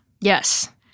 yes